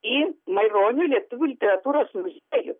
į maironio lietuvių literatūros muziejų